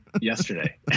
Yesterday